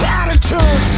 attitude